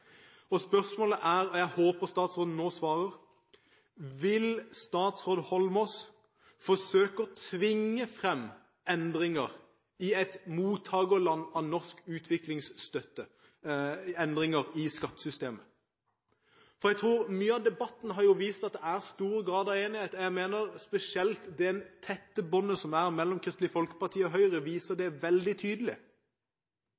spørsmål. Spørsmålet er – og jeg håper statsråden nå svarer: Vil statsråd Eidsvoll Holmås forsøke å tvinge frem endringer i skattesystemet i et land som er mottaker av norsk utviklingsstøtte? Mye av debatten har vist at det er stor grad av enighet. Spesielt det tette båndet som er mellom Kristelig Folkeparti og Høyre viser